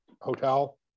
hotel